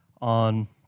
on